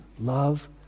love